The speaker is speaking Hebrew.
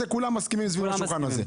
על זה כולם מסכימים סביב השולחן הזה.